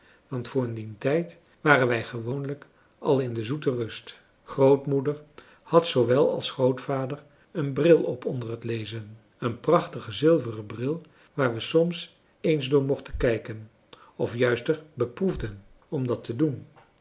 want voor dien tijd waren wij gewoonlijk al in de zoete rust grootmoeder had zoowel als grootvader een bril op onder het lezen een prachtigen zilveren bril waar we soms eens door mochten kijken of juister beproefden om dat te doen